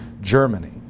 germany